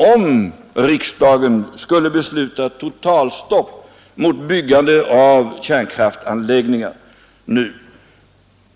Om riksdagen skulle besluta om ett totalstopp mot byggande av kärnkraftsanläggningar nu,